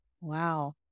Wow